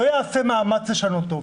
לא יעשה מאמץ לשנותו.